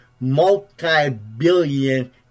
multi-billion